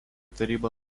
taryba